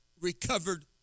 recovered